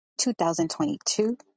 2022